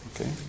okay